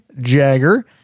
Jagger